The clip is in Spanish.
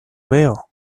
veo